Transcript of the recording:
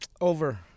over